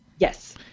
Yes